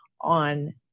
on